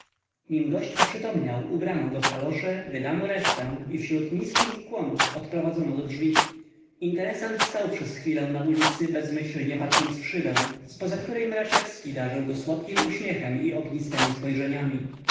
nim gość oprzytomniał ubrano go w kalosze wydano resztę i wśród niskich ukłonów odprowadzono do drzwi interesant stał przez chwilę na ulicy bezmyślnie patrząc w szybę zpoza której mraczewski darzył go słodkim uśmiechem i ognistemi spojrzeniami